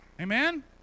Amen